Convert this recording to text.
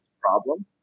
Problem